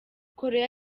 korea